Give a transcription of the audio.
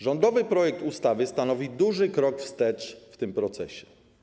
Rządowy projekt ustawy stanowi duży krok wstecz w tym procesie.